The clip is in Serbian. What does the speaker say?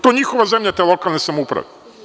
To je njihova zemlja, te lokalna samouprava.